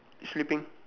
sleeping